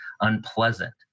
unpleasant